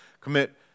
commit